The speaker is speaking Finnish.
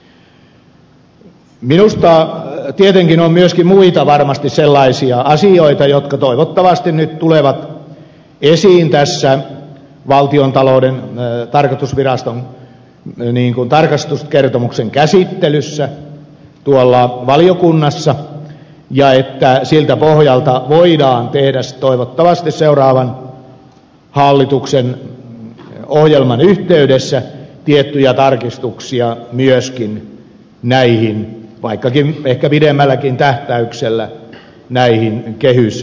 on tietenkin varmasti myös muita sellaisia asioita jotka toivottavasti nyt tulevat esiin tässä valtiontalouden tarkastusviraston tarkastuskertomuksen käsittelyssä valiokunnassa ja toivottavasti siltä pohjalta voidaan tehdä seuraavan hallituksen ohjelman yhteydessä tiettyjä tarkistuksia ehkä pidemmälläkin tähtäyksellä näihin kehyssääntöihin